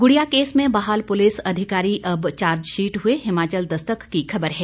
गुड़िया केस में बहाल पुलिस अधिकारी अब चार्जशीट हुए हिमाचल दस्तक की खबर है